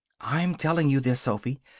i'm telling you this, sophy.